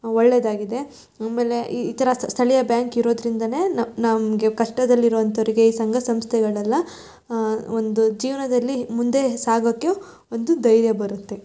ಒಳ್ಳೆಯದಾಗಿದೆ ಆಮೇಲೆ ಈ ಈ ಥರ ಸ್ಥಳೀಯ ಬ್ಯಾಂಕ್ ಇರೋದ್ರಿಂದ ನಮ್ಮ ನಮಗೆ ಕಷ್ಟದಲ್ಲಿರುವಂಥವ್ರಿಗೆ ಈ ಸಂಘ ಸಂಸ್ಥೆಗಳೆಲ್ಲ ಒಂದು ಜೀವನದಲ್ಲಿ ಮುಂದೆ ಸಾಗೋಕ್ಕೆ ಒಂದು ಧೈರ್ಯ ಬರುತ್ತೆ